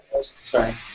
Sorry